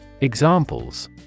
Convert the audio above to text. Examples